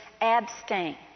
abstain